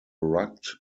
rugged